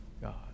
God